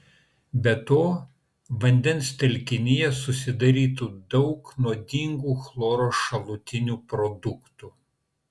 be to vandens telkinyje susidarytų daug nuodingų chloro šalutinių produktų